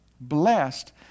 Blessed